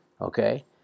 Okay